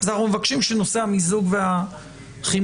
אנחנו מבקשים שנושא המיזוג והחימום,